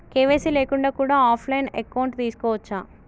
KYC లేకుండా కూడా offline account తీసుకోవచ్చా?